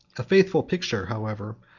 a faithful picture, however,